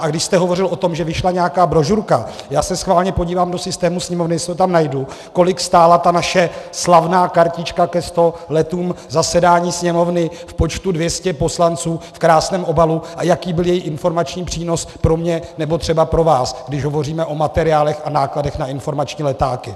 A když jste hovořil o tom, že vyšla nějaká brožurka, já se schválně podívám do systému sněmovny, jestli to tam najdu, kolik stála ta naše slavná kartička ke 100 letům zasedání sněmovny v počtu 200 poslanců v krásném obalu a jaký byl její informační přínos pro mě, nebo třeba pro vás, když hovoříme o materiálech a nákladech na informační letáky.